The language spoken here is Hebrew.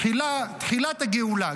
תחילת הגאולה,